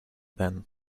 then